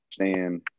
understand